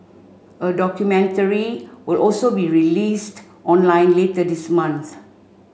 a documentary will also be released online later this month